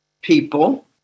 people